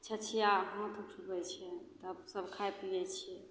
छछिआ हाथ उठबै छिए तब सभ खाइ पिबै छिए